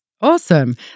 Awesome